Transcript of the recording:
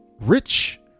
rich